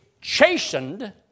chastened